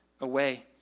away